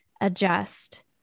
adjust